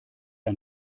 ein